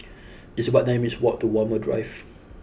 it's about nine minutes' walk to Walmer Drive